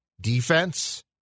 Defense